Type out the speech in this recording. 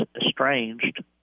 estranged